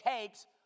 takes